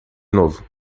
novo